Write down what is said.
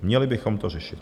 Měli bychom to řešit.